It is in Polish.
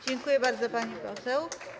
Dziękuję bardzo, pani poseł.